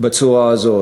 בצורה הזאת.